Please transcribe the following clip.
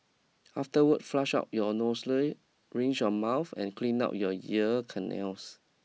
Afterward flush out your nostrils rinse your mouth and clean out your ear canals